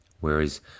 Whereas